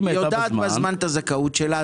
היא יודעת בזמן את הזכאות שלה,